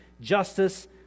justice